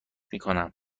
میکنم